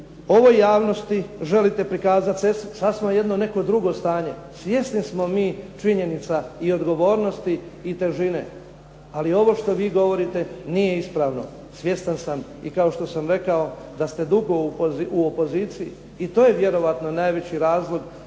ovoj javnosti želite prikazati sasma jedno neko drugo stanje. Svjesni smo činjenica i odgovornosti i težine, ali ovo što vi govorite nije ispravno. Svjestan sam i kao što sam rekao da ste dugo u opoziciji i to je vjerojatno najveći razlog